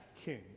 king